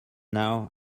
now